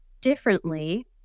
differently